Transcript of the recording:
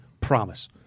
Promise